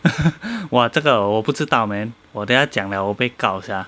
!wah! 这个我不知道 man 我等一下讲了我被告 sia